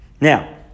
Now